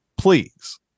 Please